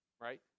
right